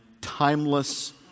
timeless